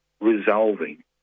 resolving